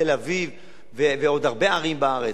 תל-אביב ועוד הרבה ערים בארץ.